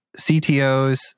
CTOs